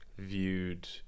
viewed